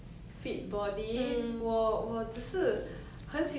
我看一个人很喜欢看他的脸我不会去看他的身材